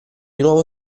nuovo